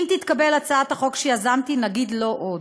אם תתקבל הצעת החוק שיזמתי, נגיד: לא עוד.